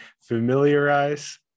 familiarize